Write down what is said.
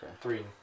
Three